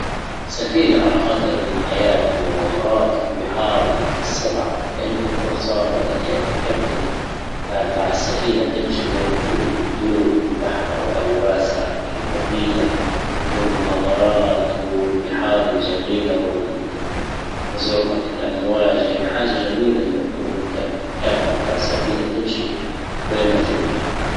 سفينة على خاطر الحياة المغامرات البحار السبع كانك قرصان ولا كانك كابتن اه بتاع السفينة تمشي وين تبي. تدور في البحر اوال واسعة الحرية والمغامرات والبحار الجميلة والـ- وزرقت الامواج. يعني حاجة جميلة لمن تكون انت كابتن متاع سفينة تمشي وين ما تبي.